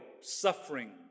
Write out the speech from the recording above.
suffering